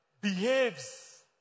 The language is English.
behaves